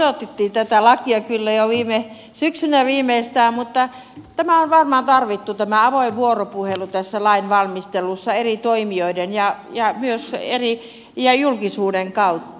tätä lakiahan odotettiin kyllä jo viime syksynä viimeistään mutta tätä avointa vuoropuhelua on varmaan tarvittu tässä lainvalmistelussa eri toimijoiden ja julkisuuden kautta